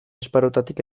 esparrutatik